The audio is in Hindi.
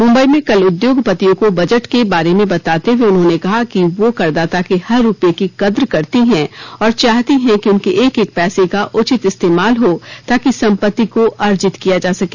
मुंबई में कल उद्योगपतियों को बजट के बारे में बताते हुए उन्होंने कहा कि वह करदाता के हर रुपये की कद्र करती हैं और चाहती हैं कि उनके एक एक पैसे उचित इस्तेमाल हो ताकि संपत्ति को अर्जित किया जा सके